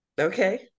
Okay